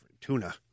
tuna